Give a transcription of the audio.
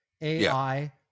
AI